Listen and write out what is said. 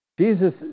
Jesus